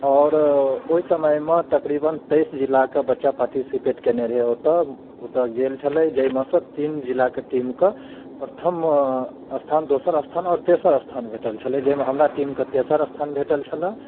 आओर ओहि समयमे तकरीबन तेइस जिला कऽ बच्चा पार्टिसिपेट कयने रहै ओतऽ ओतऽ गेल छलै जाहिमेसँ तीन जिला कऽ टीम कऽ प्रथम स्थान दोसर स्थान आओर तेसर स्थान भेटल छलै जाहिमे हमरा टीम कऽ तेसर स्थान भेटल छलऽ